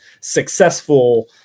successful